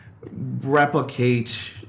replicate